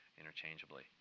interchangeably